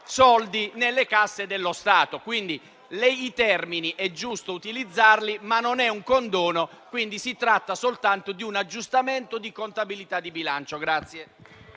soldi nelle casse dello Stato. I termini è giusto utilizzarli, ma questo non è un condono; si tratta soltanto di un aggiustamento di contabilità di bilancio.